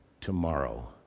tomorrow